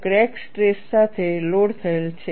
crack stress સાથે load થયેલ છે